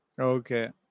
Okay